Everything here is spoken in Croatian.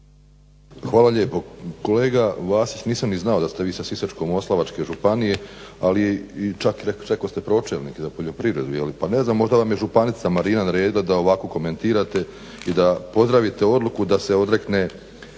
Hvala lijepa. Kolega Vasić, nisam ni znao da ste vi sa Sisačko-moslavačke županije ali čak rekoste pročelnik za poljoprivredu, pa ne znam možda vam je županica Marina naredila da ovako komentirate i da pozdravite odluku da se odrekne